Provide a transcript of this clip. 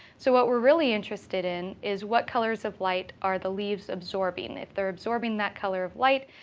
so what we're really interested in is what colors of light are the leaves absorbing? if they're absorbing that color of light,